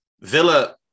Villa